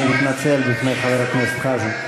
אני מתנצל בפני חבר הכנסת חזן.